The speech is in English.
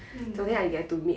mm